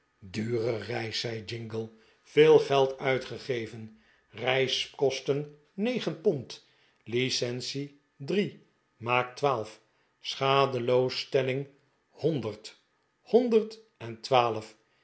dure reis zei jingle veel geld uitgegeven reiskosten negen pond licence drie maakt twaalf schadeloos stelling honderd honderd en twaalf